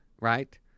Right